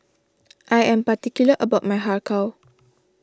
I am particular about my Har Kow